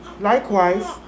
likewise